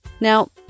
Now